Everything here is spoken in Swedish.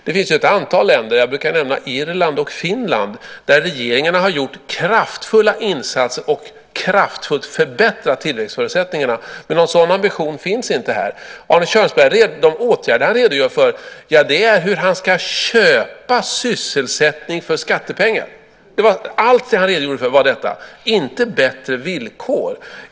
Det finns ett antal länder - jag brukar nämna Irland och Finland - där regeringarna har gjort kraftfulla insatser och kraftfullt förbättrat tilläggsförutsättningarna. Någon sådan ambition finns inte här. De åtgärder Arne Kjörnsberg redogör för är hur han ska köpa sysselsättning för skattepengar. Det han redogjorde för var detta, inte bättre villkor.